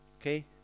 Okay